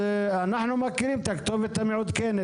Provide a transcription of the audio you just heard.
אנחנו מכירים את הכתובת המעודכנת.